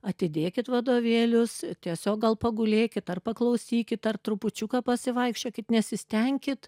atidėkit vadovėlius tiesiog gal pagulėkit ar paklausykit ar trupučiuką pasivaikščiokit nesistenkit